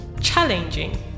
Challenging